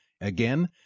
Again